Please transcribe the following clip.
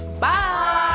bye